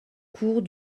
cours